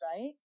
right